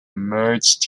merged